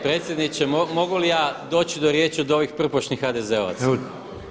Predsjedniče mogu li ja doći do riječi od ovih prpošnih HDZ-ovaca.